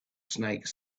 snake